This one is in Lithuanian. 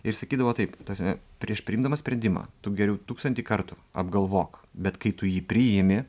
ir sakydavo taip ta prasme prieš priimdamas sprendimą tu geriau tūkstantį kartų apgalvok bet kai tu jį priimi